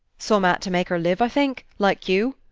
summat to make her live, i think like you.